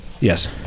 Yes